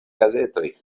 gazetoj